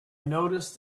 noticed